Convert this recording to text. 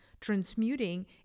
Transmuting